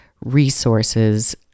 resources